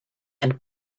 and